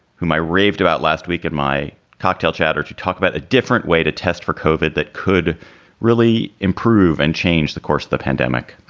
whom i raved about last week at my cocktail chatter to talk about a different way to test for covid that could really improve and change the course of the pandemic.